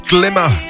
Glimmer